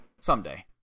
Someday